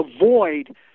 avoid